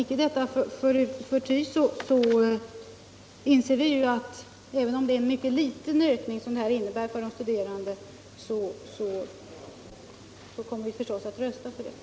Icke förty inser vi att även om det är en mycket liten ökning som förslaget i reservationen nr 6 innebär för de studerande så är det dock en ökning och vi kommer förstås att rösta för den.